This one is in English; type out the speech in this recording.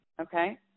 okay